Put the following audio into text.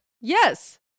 Yes